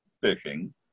fishing